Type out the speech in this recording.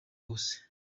hose